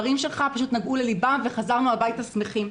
הדברים שלך פשוט נגעו לליבנו וחזרנו הביתה שמחים.